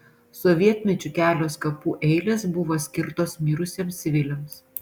sovietmečiu kelios kapų eilės buvo skirtos mirusiems civiliams